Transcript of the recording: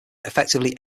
effectively